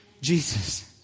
Jesus